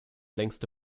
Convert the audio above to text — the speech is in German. längste